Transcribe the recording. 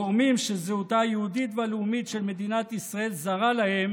גורמים שזהותה היהודית והלאומית של מדינת ישראל זרה להם